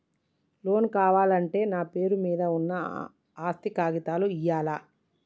Loan కావాలంటే నా పేరు మీద ఉన్న ఆస్తి కాగితాలు ఇయ్యాలా?